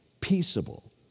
peaceable